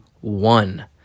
one